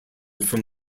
from